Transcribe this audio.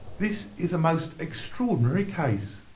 this is a most extraordinary case,